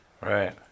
right